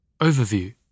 Overview